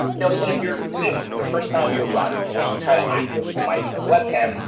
you know even if you're zoom, the first time you run and you try to access the mic or the web cam,